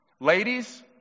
ladies